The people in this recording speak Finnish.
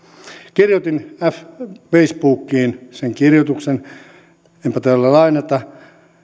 kirjoitin facebookiin sen kirjoituksen enpä taida lainata